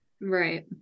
Right